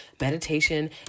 Meditation